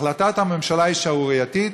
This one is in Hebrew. החלטת הממשלה היא שערורייתית,